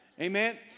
Amen